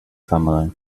family